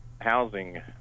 housing